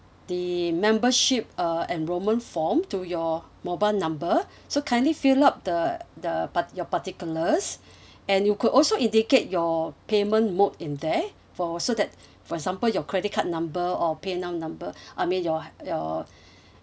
the membership uh enrolment form to your mobile number so kindly fill up the the part~ your particulars and you could also indicate your payment mode in there for so that for example your credit card number or paynow number I mean your your